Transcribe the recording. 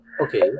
Okay